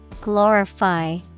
Glorify